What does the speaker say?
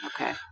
Okay